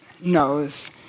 knows